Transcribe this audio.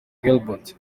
gilbert